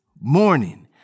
morning